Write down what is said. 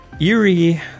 eerie